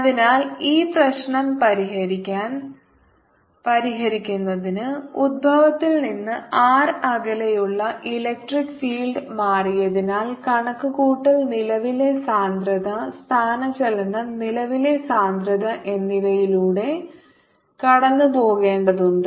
അതിനാൽ ഈ പ്രശ്നം പരിഹരിക്കുന്നതിന് ഉത്ഭവത്തിൽ നിന്ന് r അകലെയുള്ള ഇലക്ട്രിക് ഫീൽഡ് മാറിയതിനാൽ കണക്കുകൂട്ടൽ നിലവിലെ സാന്ദ്രത സ്ഥാനചലനം നിലവിലെ സാന്ദ്രത എന്നിവയിലൂടെ കടന്നുപോകേണ്ടതുണ്ട്